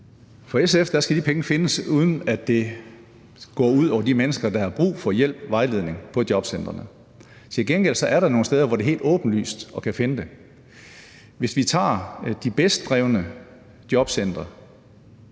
For SF skal de penge findes, uden at det går ud over de mennesker, der har brug for hjælp og vejledning på jobcentrene. Til gengæld er der nogle steder, hvor det er helt åbenlyst at man kan finde dem. Hvis vi tager de bedst drevne jobcentre